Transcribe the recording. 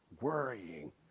worrying